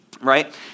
right